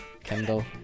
Kendall